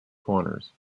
corners